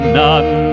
none